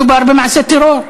מדובר במעשה טרור.